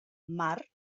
mart